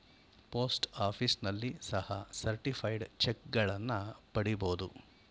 post ಆಫೀಸ್ನಲ್ಲಿ ಸಹ certified ಚಕ್ಗಳನ್ನ ಪಡಿಬೋದು